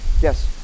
Yes